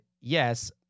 yes